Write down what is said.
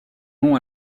nom